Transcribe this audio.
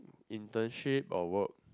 internship or work